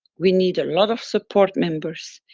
we need a lot of support members,